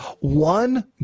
one